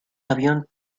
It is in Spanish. avión